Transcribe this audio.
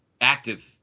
active